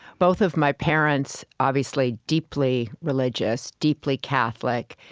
both of my parents, obviously, deeply religious, deeply catholic,